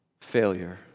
failure